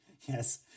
Yes